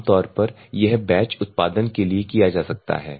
आम तौर पर यह बैच उत्पादन के लिए किया जा सकता है